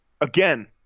again